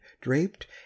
draped